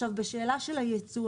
בשאלה של הייצוא,